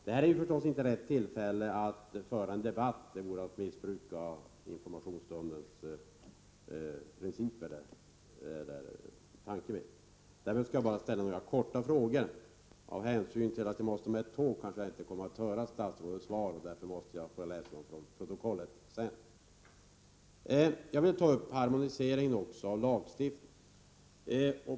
Det här är förstås inte rätt tillfälle att föra en debatt; det vore att missbruka tanken med informationsstunden. Däremot skall jag bara ställa några korta frågor. Med hänsyn till att jag måste med ett tåg kanske jag inte kommer att höra statsrådets svar. Därför får jag senare läsa dem i protokollet. Jag vill ta upp frågan om harmoniseringen av lagstiftning.